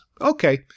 Okay